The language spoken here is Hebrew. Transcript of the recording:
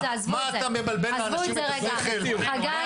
מה אתה מבלבל לאנשים את השכל -- די,